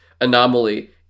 anomaly